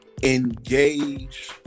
Engage